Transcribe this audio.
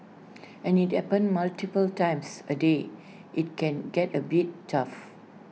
and if IT happens multiple times A day IT can get A bit tough